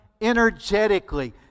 energetically